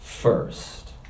first